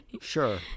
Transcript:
Sure